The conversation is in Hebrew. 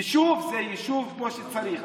יישוב, זה יישוב כמו שצריך.